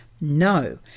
No